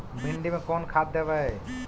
भिंडी में कोन खाद देबै?